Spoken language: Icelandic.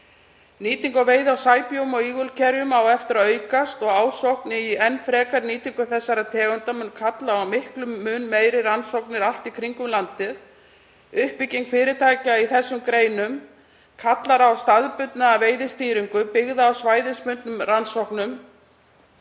Nýting og veiði á sæbjúgum og ígulkerjum á eftir að aukast og ásókn í enn frekari nýtingu þessara tegunda mun kalla á miklum mun meiri rannsóknir allt í kringum landið. Uppbygging fyrirtækja í þessum greinum kallar á staðbundna veiðistýringu sem byggð er á svæðisbundnum rannsóknum.